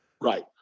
Right